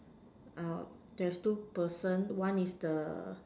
uh there's two person one is the